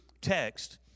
text